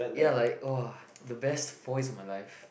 ya like [wah] the four years of my life